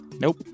Nope